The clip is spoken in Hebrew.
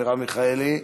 מרב מיכאלי,